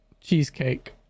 Cheesecake